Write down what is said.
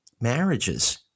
marriages